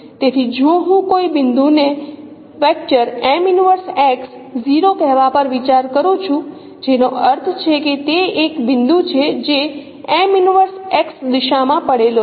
તેથી જો હું કોઈ બિંદુ ને કહેવા પર વિચાર કરું છું જેનો અર્થ છે કે તે એક બિંદુ છે જે દિશામાં પડેલો છે